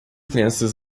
crianças